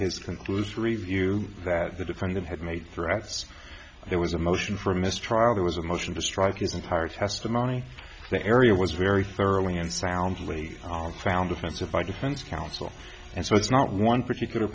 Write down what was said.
his conclusory view that the defendant had made threats there was a motion for a mistrial there was a motion to strike its entire testimony the area was very thoroughly and soundly found offensive by defense counsel and so it's not one particular